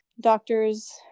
doctors